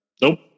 Nope